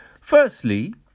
firstly